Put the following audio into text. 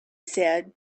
said